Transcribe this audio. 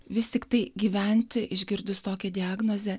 vis tiktai gyventi išgirdus tokią diagnozę